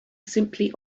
simply